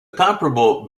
comparable